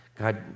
God